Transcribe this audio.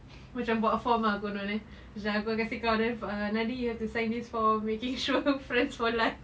macam buat form konon eh aku kasi kau ah nadi you have to sign this form for making sure friends for life